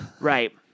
Right